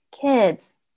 Kids